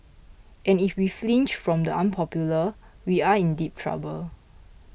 and if we flinch from the unpopular we are in deep trouble